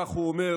כך הוא אומר,